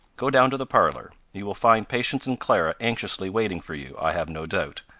go down to the parlor you will find patience and clara anxiously waiting for you, i have no doubt.